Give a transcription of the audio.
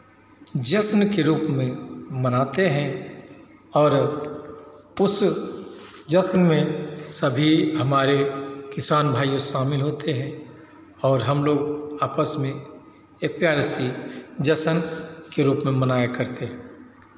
जश्न के रूप मे मनाते हैं और उस जश्न में सभी हमारे किसान भाई लोग शामिल होते हैं और हमलोग आपस में एक प्यारी सी जश्न के रूप में मनाया करते हैं